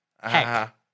Heck